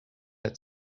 der